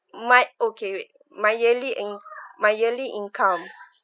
my okay wait my yearly in~ my yearly income